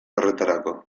horretarako